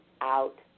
out